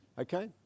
Okay